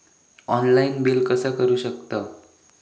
Online bill कसा करु शकतव?